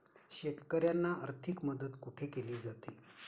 शेतकऱ्यांना आर्थिक मदत कुठे केली जाते?